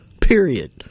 period